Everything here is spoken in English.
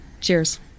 cheers